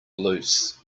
loose